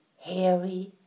hairy